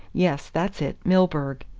yes, that's it, milburgh.